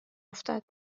افتد